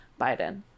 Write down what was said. Biden